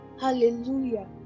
Hallelujah